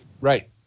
Right